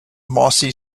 mossy